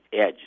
edge